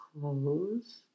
close